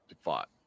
fought